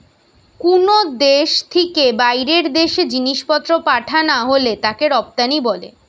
কুনো দেশ থিকে বাইরের দেশে জিনিসপত্র পাঠানা হলে তাকে রপ্তানি বলে